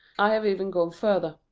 i have even gone further.